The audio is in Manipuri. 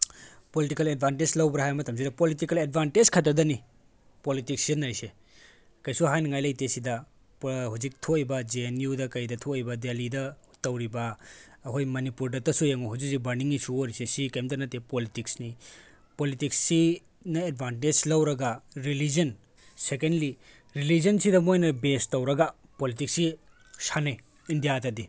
ꯄꯣꯂꯤꯇꯤꯀꯦꯜ ꯑꯦꯠꯚꯥꯟꯇꯦꯖ ꯂꯧꯕ꯭ꯔꯥ ꯍꯥꯏꯕ ꯃꯇꯝꯁꯤꯗ ꯄꯣꯂꯤꯇꯤꯀꯦꯜ ꯑꯦꯠꯚꯥꯟꯇꯦꯖ ꯈꯛꯇꯗꯅꯤ ꯄꯣꯂꯣꯇꯤꯛꯁ ꯁꯤꯖꯤꯟꯅꯔꯤꯁꯦ ꯀꯩꯁꯨ ꯍꯥꯏꯅꯤꯡꯉꯥꯏ ꯂꯩꯇꯦ ꯁꯤꯗ ꯍꯧꯖꯤꯛ ꯊꯣꯛꯏꯕ ꯖꯦ ꯑꯦꯟ ꯌꯨꯗ ꯀꯩꯗ ꯊꯣꯛꯏꯕ ꯗꯦꯜꯂꯤꯗ ꯇꯧꯔꯤꯕ ꯑꯩꯈꯣꯏ ꯃꯅꯤꯄꯨꯔꯗꯇꯁꯨ ꯌꯦꯡꯉꯨ ꯍꯧꯖꯤꯛ ꯍꯧꯖꯤꯛ ꯕꯔꯅꯤꯡ ꯏꯁꯨ ꯑꯣꯏꯔꯤꯁꯦ ꯁꯤ ꯀꯔꯤꯝꯇ ꯅꯠꯇꯦ ꯄꯣꯂꯤꯇꯤꯛꯁꯅꯤ ꯄꯣꯂꯤꯇꯤꯛꯁꯁꯤꯅ ꯑꯦꯠꯚꯥꯟꯇꯦꯖ ꯂꯧꯔꯒ ꯔꯤꯂꯤꯖꯟ ꯁꯦꯀꯦꯟꯂꯤ ꯔꯤꯂꯤꯖꯟꯁꯤꯗ ꯃꯣꯏꯅ ꯕꯦꯖ ꯇꯧꯔꯒ ꯄꯣꯂꯤꯇꯤꯛꯁꯁꯤ ꯁꯥꯟꯅꯩ ꯏꯟꯗꯤꯌꯥꯗꯗꯤ